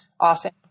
often